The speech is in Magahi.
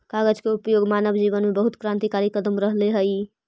कागज के उपयोग मानव जीवन में बहुत क्रान्तिकारी कदम रहले हई